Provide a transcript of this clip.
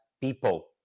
people